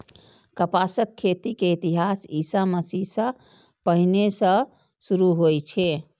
कपासक खेती के इतिहास ईशा मसीह सं पहिने सं शुरू होइ छै